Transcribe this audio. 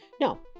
No